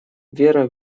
вера